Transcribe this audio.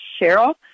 Cheryl